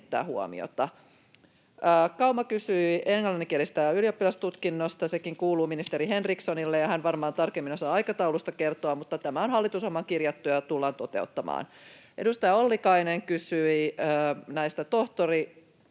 huomiota. Kauma kysyi englanninkielisestä ylioppilastutkinnosta. Sekin kuuluu ministeri Henrikssonille, ja hän varmaan tarkemmin osaa aikatauluista kertoa, mutta tämä on hallitusohjelmaan kirjattu ja tullaan toteuttamaan. Edustaja Ollikainen kysyi tästä